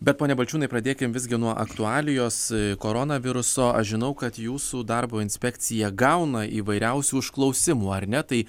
bet pone balčiūnai pradėkim visgi nuo aktualijos koronaviruso aš žinau kad jūsų darbo inspekcija gauna įvairiausių užklausimų ar ne tai